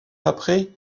après